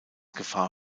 gefahr